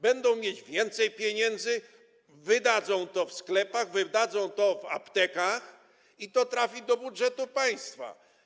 Będą mieć więcej pieniędzy, wydadzą to w sklepach, wydadzą to w aptekach i to trafi do budżetu państwa.